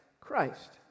Christ